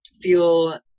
feel